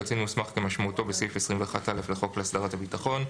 קצין מוסמך כמשמעותו בסעיף 21א לחוק להסדרת הביטחון,